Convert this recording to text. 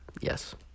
Yes